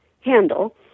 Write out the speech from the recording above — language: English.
handle